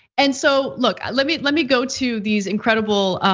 and so look, let me let me go to these incredible